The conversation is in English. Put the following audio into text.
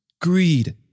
greed